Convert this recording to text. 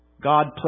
God